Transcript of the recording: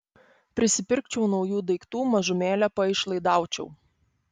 prisipirkčiau naujų daiktų mažumėlę paišlaidaučiau